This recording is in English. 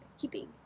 Keeping